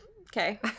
Okay